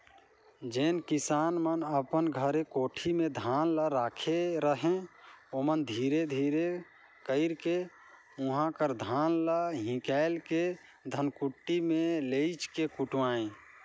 जेन किसान मन अपन घरे कोठी में धान ल राखे रहें ओमन धीरे धीरे कइरके उहां कर धान ल हिंकाएल के धनकुट्टी में लेइज के कुटवाएं